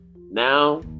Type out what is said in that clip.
Now